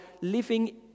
living